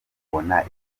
mubona